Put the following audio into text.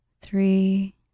three